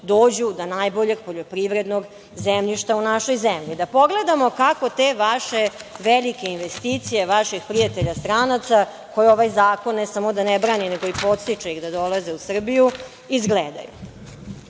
dođu do najboljeg poljoprivrednog zemljišta u našoj zemlji. Da pogledamo kako te vaše velike investicije, vaših prijatelja stranaca, koje ovaj zakon ne samo da ne brani, nego ih i podstiče da dolaze u Srbiju, izgledaju.